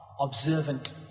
observant